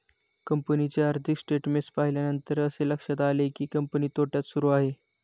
कंपनीचे आर्थिक स्टेटमेंट्स पाहिल्यानंतर असे लक्षात आले की, कंपनी तोट्यात सुरू आहे